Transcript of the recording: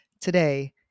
Today